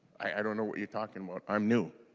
i don't know what you're talking about. i am new.